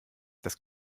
das